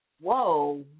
whoa